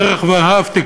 זרח ורהפטיג,